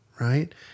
right